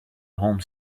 home